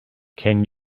can